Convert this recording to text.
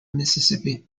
mississippi